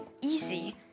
easy